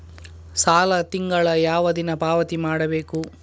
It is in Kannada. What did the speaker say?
ಸಾಲ ತಿಂಗಳ ಯಾವ ದಿನ ಪಾವತಿ ಮಾಡಬೇಕು?